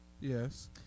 yes